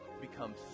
become